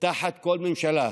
תחת כל ממשלה,